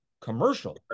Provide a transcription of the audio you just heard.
commercial